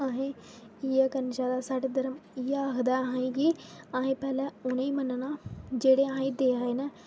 अहे्ं इ'यै करना चाहिदा साढ़े धरम इ'यै आखदा कि अहे्ं गी पैह्ले उ'नें ई मनना जेह्ड़े अहे्ं ई देआ दे न